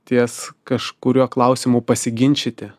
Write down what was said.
ties kažkuriuo klausimu pasiginčyti